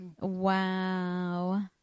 Wow